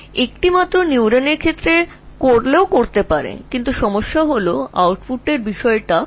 এটি একক নিউরনের ক্ষেত্রে হতে পারে তবে প্রশ্নটি হল আউটপুটটি অত্যন্ত জটিল আউটপুট